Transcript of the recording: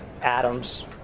Adams